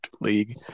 league